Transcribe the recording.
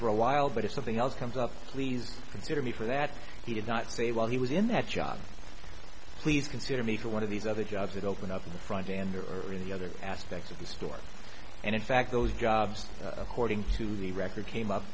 for a while but if something else comes up please consider me for that he did not say while he was in that job please consider me to one of these other jobs that open up in the front end or in the other aspects of the store and in fact those jobs according to the record came up